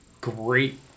great